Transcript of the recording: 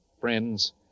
friends